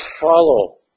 follow